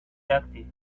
tactics